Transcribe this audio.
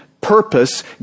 purpose